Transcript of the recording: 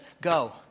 go